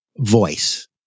voice